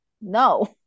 no